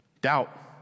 Doubt